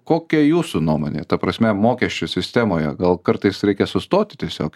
kokia jūsų nuomonė ta prasme mokesčių sistemoje gal kartais reikia sustoti tiesiog